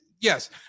yes